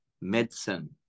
medicine